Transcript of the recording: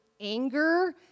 anger